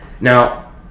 now